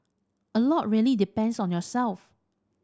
a lot really depends on yourself